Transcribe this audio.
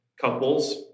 couples